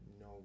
no